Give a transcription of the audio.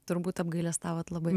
turbūt apgailestavot labai